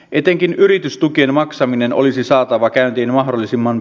etenkin yritystukien maksaminen olisi saatava käyntiin mahdollisimman